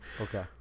okay